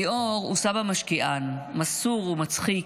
ליאור הוא סבא משקיען, מסור ומצחיק,